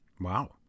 Wow